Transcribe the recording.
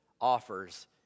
offers